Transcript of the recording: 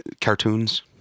cartoons